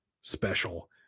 special